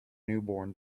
newborn